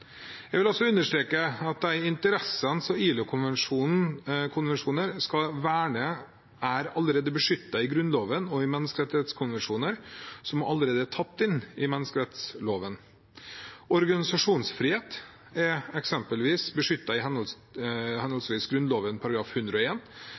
Jeg vil også understreke at de interessene som ILO-konvensjoner skal verne, allerede er beskyttet i Grunnloven og i menneskerettighetskonvensjoner som allerede er tatt inn i menneskerettsloven. Organisasjonsfrihet er eksempelvis beskyttet i